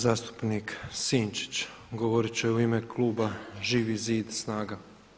Zastupnik Sinčić govorit će u ime kluba Živi zid, SNAGA.